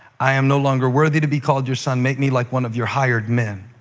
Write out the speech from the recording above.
i am no longer worthy to be called your son make me like one of your hired men